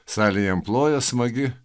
salė jam ploja smagi